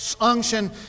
unction